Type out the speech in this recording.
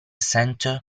centre